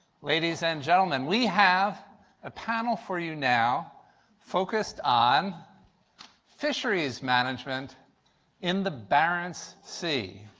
ladies and gentlemen. we have a panel for you now focused on fisheries management in the barents sea.